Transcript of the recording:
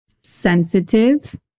sensitive